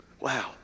Wow